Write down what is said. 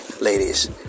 ladies